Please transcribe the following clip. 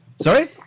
Sorry